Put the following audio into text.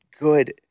good